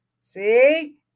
See